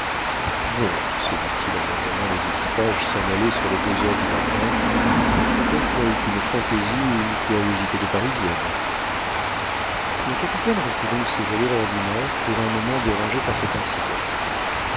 bon se dit-il en entendant les équipages s'en aller sur les deux heures du matin la comtesse n'a eu qu'une fantaisie ou une curiosité de parisienne le capitaine reprit donc ses allures ordinaires pour un moment dérangées par cet incident